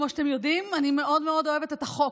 כמו שאתם יודעים, אני מאוד מאוד אוהבת את החוק.